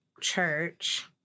church